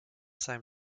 seinem